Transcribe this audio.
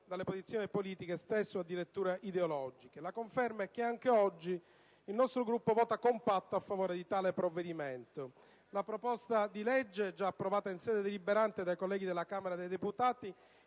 dalle posizioni politiche stesse o addirittura ideologiche. La conferma è che anche oggi il nostro Gruppo vota compatto a favore di tale provvedimento. La proposta di legge, già approvata in sede deliberante dai colleghi della Camera dei deputati,